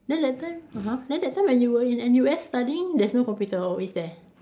then that time (uh huh) then that time when you were in N_U_S studying there's no computer or is there